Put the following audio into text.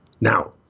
Now